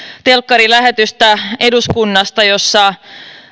telkkarilähetystä eduskunnasta jossa